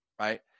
right